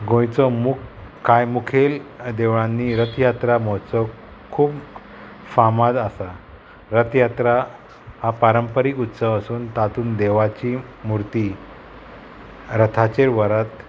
गोंयचो मुख कांय मुखेल देवळांनी रथयात्रा महोत्सव खूब फामाद आसा रथयात्रा हा पारंपारीक उत्सव आसून तातूंत देवाची मुर्ती रथाचेर व्हरत